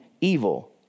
evil